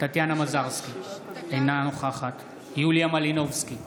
טטיאנה מזרסקי, אינה נוכחת יוליה מלינובסקי,